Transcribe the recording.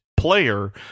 player